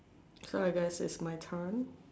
so I guess it's my turn